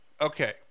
Okay